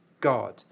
God